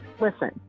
Listen